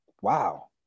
wow